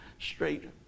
straight